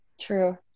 True